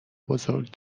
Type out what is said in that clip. بزرگ